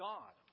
God